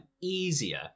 easier